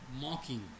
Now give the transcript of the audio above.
mocking